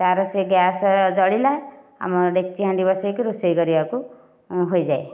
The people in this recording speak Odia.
ତା'ର ସେ ଗ୍ୟାସ ଜଳିଲା ଆମର ଡେକ୍ଚି ହାଣ୍ଡି ବସାଇକି ରୋଷେଇ କରିବାକୁ ହୋଇଯାଏ